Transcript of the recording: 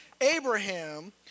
Abraham